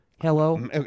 hello